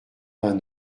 vingt